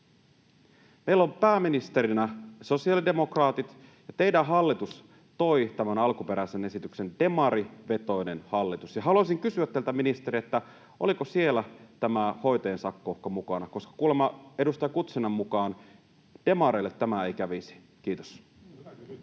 Meillä on pääministerinä sosiaalidemokraatti, ja teidän hallituksenne toi tämän alkuperäisen esityksen, demarivetoinen hallitus. Ja haluaisin kysyä teiltä, ministeri: oliko siellä tämä hoitajien sakkouhka mukana, koska kuulemma edustaja Guzeninan mukaan demareille tämä ei kävisi? — Kiitos.